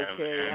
Okay